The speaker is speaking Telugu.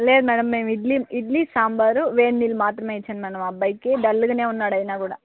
లేదు మేడమ్ మేము ఇడ్లీ ఇడ్లీ సాంబారు వేడినీళ్లు మాత్రమే ఇచ్చాను మేడమ్ అబ్బాయికి డల్గా ఉన్నాడు అయినా కూడా